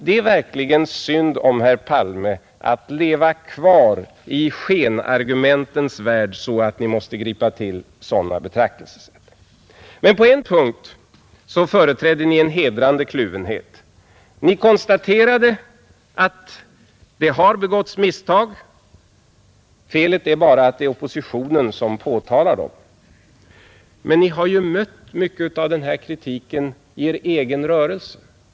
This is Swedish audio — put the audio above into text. Det är verkligen synd om Er, herr Palme, att Ni skall leva kvar i skenargumentens värld i så hög grad, att Ni måste tillgripa sådana betraktelsesätt. På en punkt företräder Ni emellertid en hedrande kluvenhet: Ni konstaterade att det har begåtts misstag. Felet är bara att det är oppositionen som påtalar dem. Men Ni har ju mött mycket av den här kritiken också i Er egen rörelse.